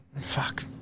fuck